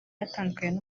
yatandukanye